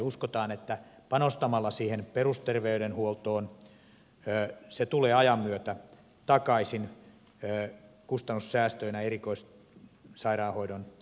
uskomme että panostamalla perusterveydenhuoltoon se tulee ajan myötä takaisin kustannussäästöinä ja erikoissairaanhoidon säästöinä